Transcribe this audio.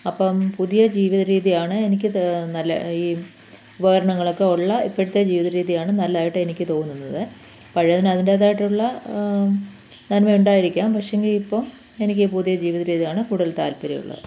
അപ്പം പുതിയ ജീവിത രീതിയാണ് എനിക്ക് നല്ല ഈ ഉപകരണങ്ങളൊക്കെ ഉള്ള ഇപ്പോഴത്തെ ജീവിത രീതിയാണ് നല്ലതായിട്ട് എനിക്ക് തോന്നുന്നത് പഴയതിന് അതിന്റ്റേതായിട്ടുള്ള നന്മയുണ്ടായിരിക്കാം പക്ഷെയെങ്കിൽ ഇപ്പം എനിക്ക് പുതിയ ജീവിത രീതിയാണ് കൂടുതൽ താത്പര്യമുള്ളത്